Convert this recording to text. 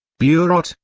burot,